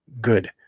good